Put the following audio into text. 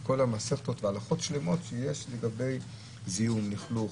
כל המסכתות והלכות שלמות שיש לגבי זיהום, לכלוך,